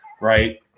right